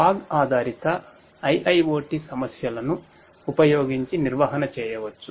fog ఆధారిత IIoT సమస్యలను ఉపయోగించి నిర్వహణ చేయవచ్చు